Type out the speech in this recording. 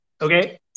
okay